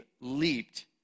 leaped